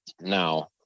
Now